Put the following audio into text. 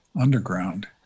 underground